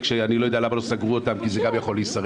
שאני לא יודע לא סגרו אותם כי זה גם יכול להישרף,